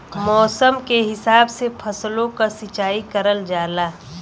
मौसम के हिसाब से फसलो क सिंचाई करल जाला